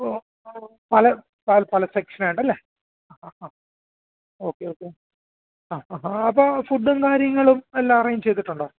ഓ ഓ പല പല പല സെക്ഷനായിട്ട് അല്ലേ ആ ആ ഓക്കെ ഓക്കെ ആ ആ അപ്പം ഫുഡ്ഡും കാര്യങ്ങളും എല്ലാം അറേഞ്ച് ചെയ്തിട്ടുണ്ടോ